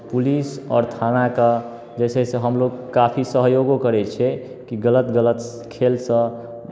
police आओर थानाके जैसे जैसे हमलोग काफी सहयोगो करै छियै कि गलत गलत खेलसँ